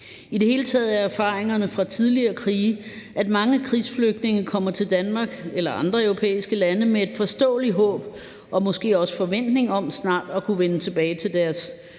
I det hele taget er erfaringerne fra tidligere krige, at mange krigsflygtninge kommer til Danmark eller andre europæiske lande med et forståeligt håb og måske også en forventning om snart at kunne vende tilbage til deres